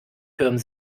türmen